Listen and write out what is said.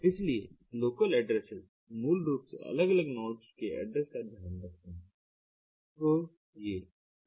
इसलिए ये local addresses मूल रूप से अलग अलग नोड्स के एड्रेस का ध्यान रखते हैं हैं